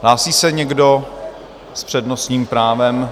Hlásí se někdo s přednostním právem?